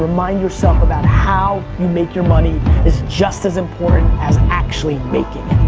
remind yourself about how you make your money is just as important as actually making